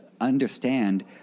understand